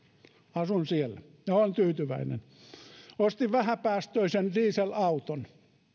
asun siellä ja olen tyytyväinen ostin vähäpäästöisen dieselauton